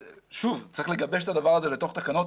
שוב, צריך לגבש את הדבר הזה לתוך התקנות.